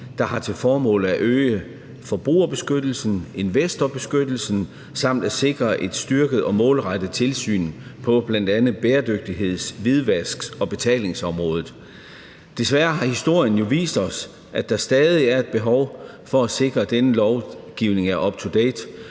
der har til formål at øge forbrugerbeskyttelsen og investorbeskyttelsen samt at sikre et styrket og målrettet tilsyn på bl.a. bæredygtigheds-, hvidvask- og betalingsområdet. Desværre har historien jo vist os, at der stadig er et behov for at sikre, at denne lovgivning er up to date,